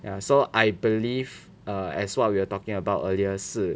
ya so I believe err as what we were talking about earlier 是